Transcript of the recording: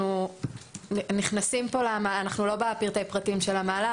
אנחנו לא בפרטי הפרטים של המערך,